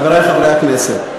חברי חברי הכנסת,